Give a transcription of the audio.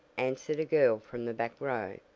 answered a girl from the back row.